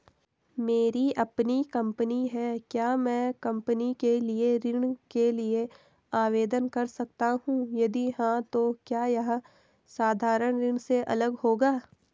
मेरी अपनी कंपनी है क्या मैं कंपनी के लिए ऋण के लिए आवेदन कर सकता हूँ यदि हाँ तो क्या यह साधारण ऋण से अलग होगा?